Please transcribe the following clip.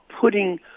putting